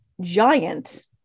giant